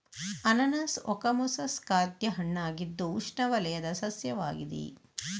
ಅನಾನಸ್ ಓಕಮೊಸಸ್ ಖಾದ್ಯ ಹಣ್ಣಾಗಿದ್ದು ಉಷ್ಣವಲಯದ ಸಸ್ಯವಾಗಿದೆ